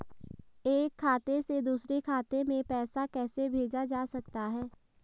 एक खाते से दूसरे खाते में पैसा कैसे भेजा जा सकता है?